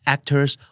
Actors